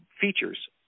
Features